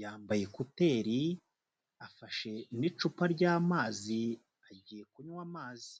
yambaye ekuteri, afashe n'icupa ry'amazi agiye kunywa amazi.